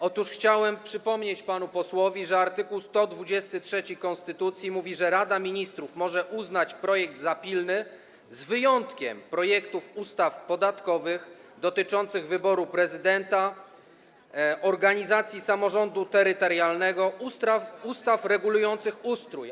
Otóż chciałem przypomnieć panu posłowi, że art. 123 konstytucji mówi, że Rada Ministrów może uznać projekt ustawy za pilny, z wyjątkiem projektów ustaw podatkowych, ustaw dotyczących wyboru prezydenta, organów samorządu terytorialnego, ustaw regulujących ustrój.